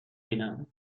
بیینم